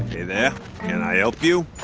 hey there. can i help you?